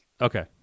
okay